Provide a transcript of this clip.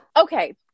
Okay